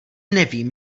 nevím